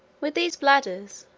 with these bladders,